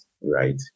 right